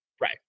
Right